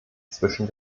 zwischen